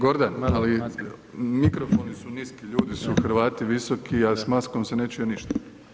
Gordan, ali mikrofoni su nisku, ljudi su Hrvati visoki, a s maskom se ne čuje ništa.